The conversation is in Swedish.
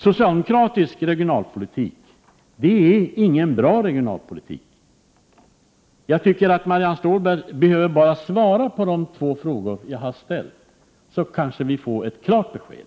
Socialdemokratisk regionalpolitik är ingen bra regionalpolitik. Marianne Stålberg behöver bara svara på de två frågor jag har ställt, så kanske vi får ett klart besked.